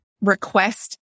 request